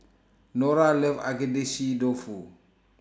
Nora loves Agedashi Dofu